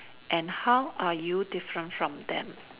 and how are you different from them